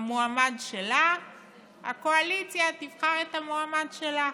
המועמד שלה והקואליציה תבחר את המועמד שלה.